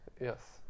Yes